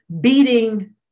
beating